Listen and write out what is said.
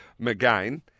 mcgain